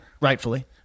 rightfully